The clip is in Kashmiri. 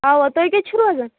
اوا تُہۍ کتہِ چھُو روزان